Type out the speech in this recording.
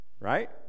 Right